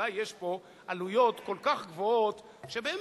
אולי יש פה עלויות כל כך גבוהות שבאמת,